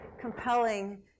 compelling